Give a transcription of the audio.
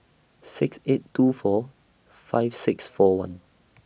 six eight two four five six four one